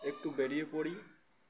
একটু বেরিয়ে পড়ি